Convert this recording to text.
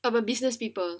for business people